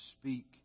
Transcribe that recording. speak